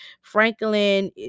Franklin